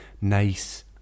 nice